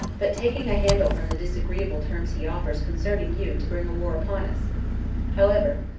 but taking a handle from the disagreeable terms he offers concerning you to bring a war upon us however,